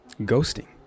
ghosting